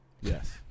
Yes